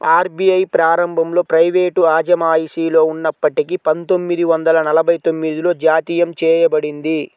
RBI ప్రారంభంలో private అజమాయిషిలో ఉన్నప్పటికీ పందొమ్మిది వందల నలభై తొమ్మిదిలో జాతీయం చేయబడింది